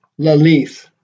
lalith